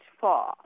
fall